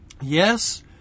Yes